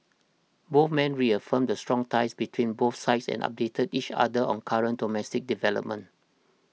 both men reaffirmed the strong ties between both sides and updated each other on current domestic developments